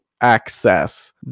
access